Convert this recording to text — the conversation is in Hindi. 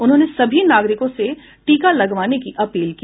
उन्होंने सभी नागरिकों से टीका लगवाने की अपील की